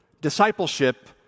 discipleship